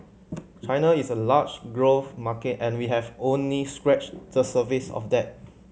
China is a large growth market and we have only scratched the surface of that